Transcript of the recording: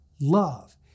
love